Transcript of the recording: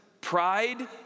Pride